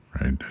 right